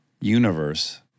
universe